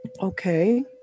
Okay